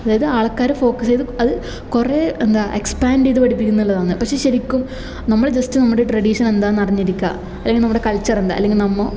അതായത് ആൾക്കാരെ ഫോക്കസ് ചെയ്ത് അത് കുറേ എന്താ എക്സ്പാൻറ് ചെയ്ത് പഠിപ്പിക്കും എന്നുള്ളതാണ് പക്ഷെ ശരിക്കും നമ്മൾ ജസ്റ്റ് നമ്മുടെ ട്രഡീഷൻ എന്താണെന്നറിഞ്ഞിരിക്കുക അല്ലെങ്കിൽ നമ്മുടെ കൾച്ചർ എന്താ അല്ലെങ്കിൽ നമ്മൾ